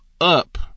up